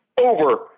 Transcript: over